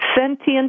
sentient